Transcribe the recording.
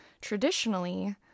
traditionally